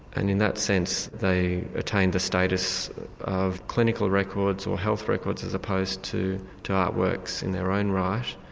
and in that sense they attained the status of clinical records or health records as opposed to to artworks in their own right.